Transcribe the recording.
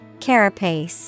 Carapace